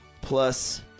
plus